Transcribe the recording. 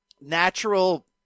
natural